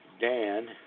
Dan